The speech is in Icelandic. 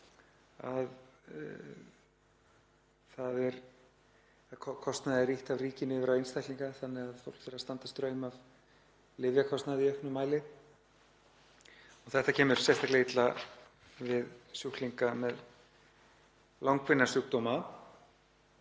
er kostnaði ýtt af ríkinu yfir á einstaklinga þannig að fólk þarf að standa straum af lyfjakostnaði í auknum mæli. Þetta kemur sérstaklega illa við sjúklinga með langvinna sjúkdóma.